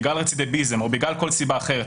בגלל רצידיביזם או בגלל כל סיבה אחרת,